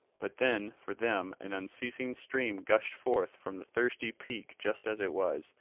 but then for them an unceasing stream gushed forth from the thirsty peak just as it was,